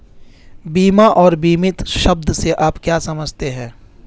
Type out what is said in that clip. बीमा और बीमित शब्द से आप क्या समझते हैं?